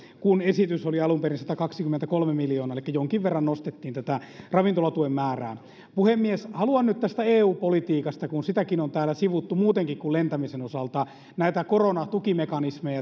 kun esitys oli alun perin satakaksikymmentäkolme miljoonaa elikkä jonkin verran nostettiin tätä ravintolatuen määrää puhemies haluan nyt sanoa tästä eu politiikasta kun sitäkin on täällä sivuttu muutenkin kuin lentämisen osalta näitä koronatukimekanismeja